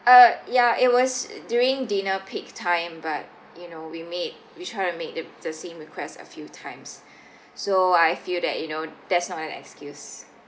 uh ya it was during dinner peak time but you know we made we try to make the the same request a few times so I feel that you know that's not an excuse